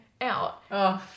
Out